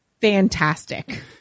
fantastic